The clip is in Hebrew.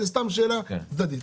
זו סתם שאלה צדדית.